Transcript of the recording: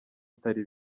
atari